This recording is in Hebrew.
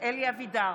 אלי אבידר,